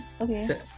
Okay